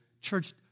church